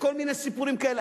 בכל מיני סיפורים כאלה.